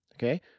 Okay